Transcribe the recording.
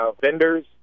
vendors